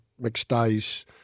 McStay's